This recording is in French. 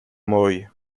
moy